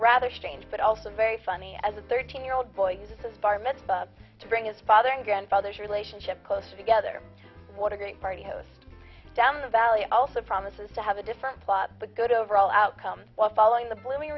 rather strange but also very funny as a thirteen year old boy uses bar mitzvah to bring his father and grandfathers relationship closer together what a great party goes down the valley also promises to have a different plot but good overall outcome while following the blooming